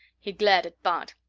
he glared at bart.